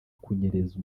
kunyereza